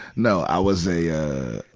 no. i was a, ah,